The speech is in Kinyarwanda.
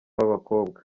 b’abakobwa